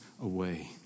away